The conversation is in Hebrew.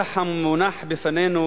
בנוסח המונח בפנינו,